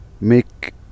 make